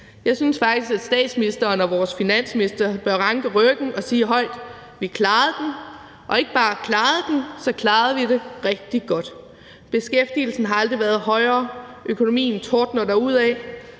Jeg synes faktisk, at statsministeren og vores finansminister bør ranke ryggen og sige højt: Vi klarede den, og vi ikke bare klarede den, for vi klarede den rigtig godt. Beskæftigelsen har aldrig været højere, økonomien tordner derudad,